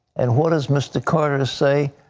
and what does mr. carter say?